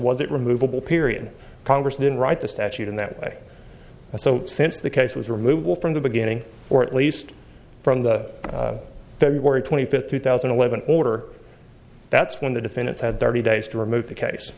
it removable period congress didn't write the statute in that way so since the case was removable from the beginning or at least from the feb twenty fifth two thousand and eleven order that's when the defendants had thirty days to remove the case